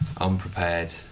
unprepared